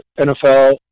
NFL